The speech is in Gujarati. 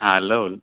હા લો